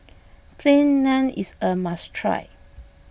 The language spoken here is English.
Plain Naan is a must try